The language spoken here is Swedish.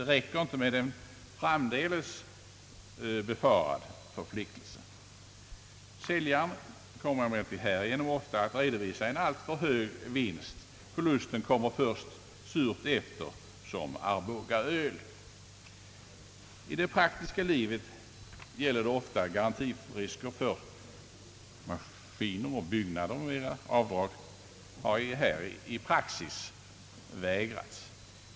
Det räcker inte med en framdeles befarad förpliktelse. Säljaren kommer emellertid härigenom ofta att redovisa en alltför hög vinst. Förlusten kommer först surt efter som arbogaöl. I det praktiska livet gäller ofta sådana garantirisker för maskiner och byggnader m.m. och avdrag har i praxis vägrats.